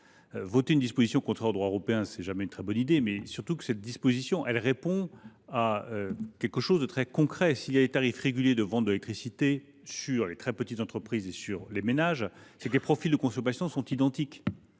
Voter une disposition contraire au droit européen n’est jamais une très bonne idée… D’autant que cette disposition répond à quelque chose de très concret. S’il y a des tarifs régulés de vente de l’électricité pour les très petites entreprises et les ménages, c’est que les profils de consommation sont identiques.